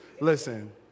Listen